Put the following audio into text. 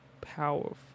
powerful